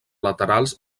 laterals